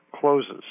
closes